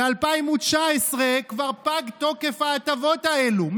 ב-2019 כבר פג תוקף ההטבות האלה,